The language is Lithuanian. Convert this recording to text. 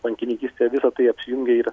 bankininkystėje visa tai apjungia ir